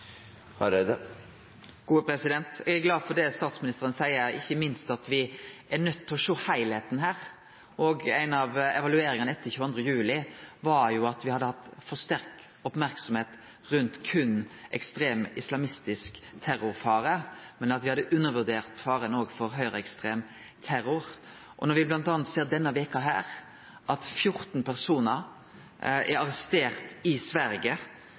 Eg er glad for det statsministeren seier, ikkje minst at me er nøydde til å sjå heilskapen her. Ei av evalueringane etter 22. juli var jo at me hadde hatt ei for sterk merksemd rundt berre ekstrem islamistisk terrorfare, og at me hadde undervurdert faren for høgreekstrem terror. Denne veka har me bl.a. sett at 14 personar er arresterte i Sverige